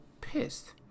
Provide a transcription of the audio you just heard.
pissed